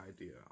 idea